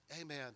amen